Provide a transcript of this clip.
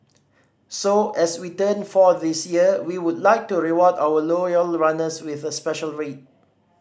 so as we turn four this year we would like to reward our loyal runners with a special rate